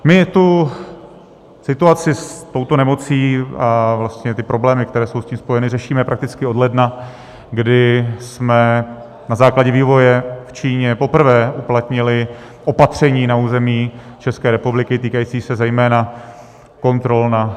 My situaci s touto nemocí a ty problémy, které jsou s tím spojeny, řešíme prakticky od ledna, kdy jsme na základě vývoje v Číně poprvé uplatnili opatření na území České republiky týkající se zejména kontrol na letišti Praha.